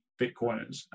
Bitcoiners